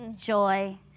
Joy